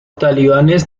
talibanes